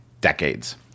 decades